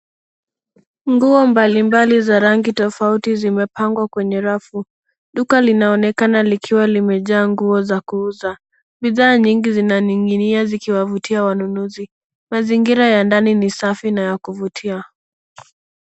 Nguo mbalimbali za rangi tofauti zimepangwa kwenye rafu. Duka linaonekana likiwa limejaa nguo za kuuza. Bidhaa nyingi zinaning'inia zikiwavutia wanunuzi. Mazingira ya ndani ni safi na ya kuvutia.